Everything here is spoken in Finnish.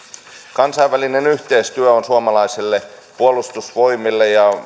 kansainvälinen yhteistyö on suomalaisille puolustusvoimille